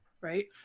right